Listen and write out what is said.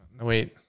wait